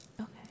Okay